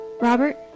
Robert